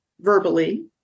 verbally